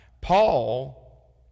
Paul